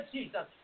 Jesus